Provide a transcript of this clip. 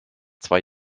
zwei